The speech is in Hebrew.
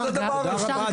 מה זה הדבר הזה -- תודה רבה.